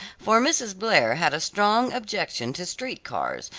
for mrs. blair had a strong objection to street cars,